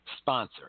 sponsor